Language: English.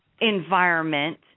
environment